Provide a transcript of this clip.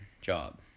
job